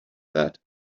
that